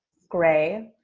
gray,